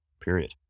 period